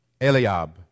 Eliab